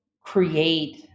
create